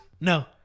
No